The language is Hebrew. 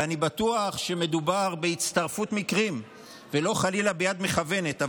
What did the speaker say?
ואני בטוח שמדובר בצירוף מקרים ולא חלילה ביד מכוונת,